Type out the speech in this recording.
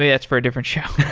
that's for a different show.